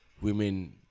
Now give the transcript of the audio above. women